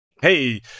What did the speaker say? Hey